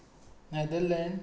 Netherlands